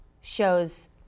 shows